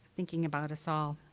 thinking about us all.